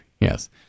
yes